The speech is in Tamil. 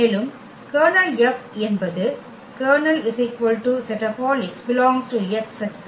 மேலும் கர்னல் F என்பது Ker x ∈ X F 0